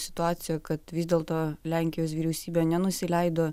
situacija kad vis dėlto lenkijos vyriausybė nenusileido